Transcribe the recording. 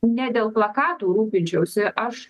ne dėl plakatų rūpinčiausi aš